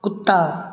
कुत्ता